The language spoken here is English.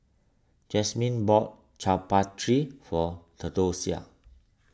Jasmine bought Chaat Papri for theodosia